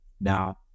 Now